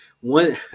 one